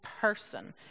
person